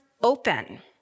open